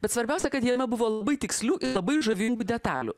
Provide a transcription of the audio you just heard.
bet svarbiausia kad jame buvo labai tikslių labai žavingų detalių